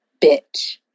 bitch